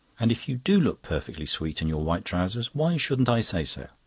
and if you do look perfectly sweet in your white trousers, why shouldn't i say so?